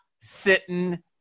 sitting